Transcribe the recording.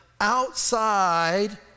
outside